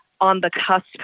on-the-cusp